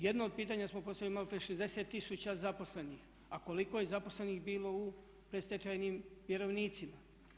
Jedno od pitanja smo postavili malo prije 60 000 zaposlenih, a koliko je zaposlenih bilo u predstečajnim vjerovnicima.